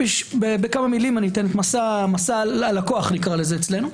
בכמה מילים אתן את מסע הלקוח, נקרא אצלנו.